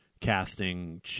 casting